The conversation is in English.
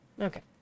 Okay